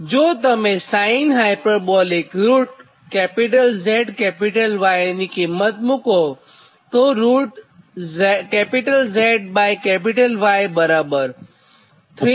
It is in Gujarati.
જોતમે sinhZY ની કિંમત મૂકોતો ZY 393 j 72